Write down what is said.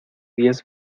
diez